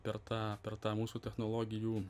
per tą per tą mūsų technologijų